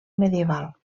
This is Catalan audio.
medieval